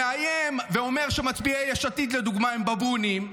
ואומר שמצביעי יש עתיד, לדוגמה, הם בבונים,